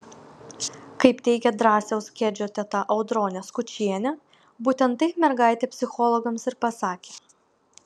kaip teigia drąsiaus kedžio teta audronė skučienė būtent taip mergaitė psichologams ir pasakė